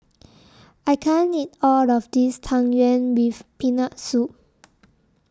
I can't eat All of This Tang Yuen with Peanut Soup